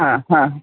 हा हा